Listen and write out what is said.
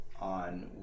on